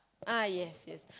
ah yes yes